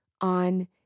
on